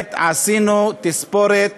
באמת עשינו תספורת